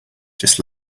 just